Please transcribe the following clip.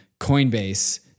Coinbase